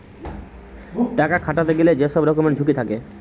টাকা খাটাতে গেলে যে সব রকমের ঝুঁকি থাকে